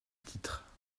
titre